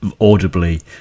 audibly